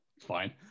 fine